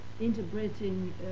interpreting